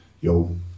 yo